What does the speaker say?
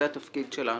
זה התפקיד שלנו.